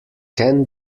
can